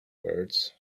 birds